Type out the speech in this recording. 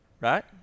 Right